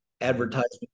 advertisement